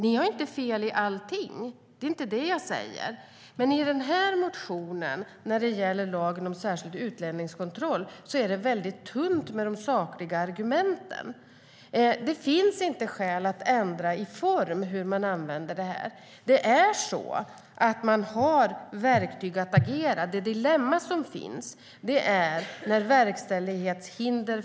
Ni har inte fel i allting; det är inte det jag säger. Men i motionen om lagen om särskild utlänningskontroll är det väldigt tunt med sakliga argument. Det finns ingen anledning att i form ändra hur lagen används. Det finns verktyg för att man ska kunna agera. Det dilemma som finns är när det föreligger verkställighetshinder.